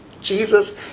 Jesus